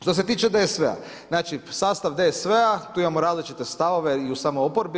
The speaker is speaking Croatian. Što se tiče DSV-a, znači, sastav DSV-a, tu imamo različite stavove i u samoj oporbi.